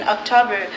October